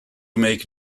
make